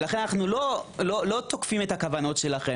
לכן אנחנו לא תוקפים את הכוונות שלכם.